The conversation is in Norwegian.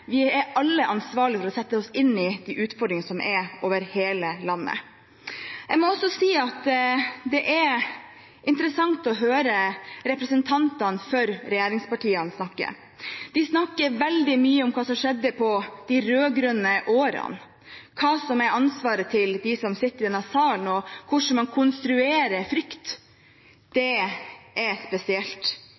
vi er alle ansvarlige for å sette oss inn i de utfordringene som er over hele landet. Jeg må også si at det er interessant å høre representantene for regjeringspartiene snakke. De snakker veldig mye om hva som skjedde i løpet av de rød-grønne årene, hva som er ansvaret til dem som sitter i denne salen, og hvordan man konstruerer frykt. Det er spesielt